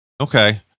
Okay